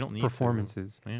performances